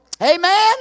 Amen